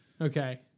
Okay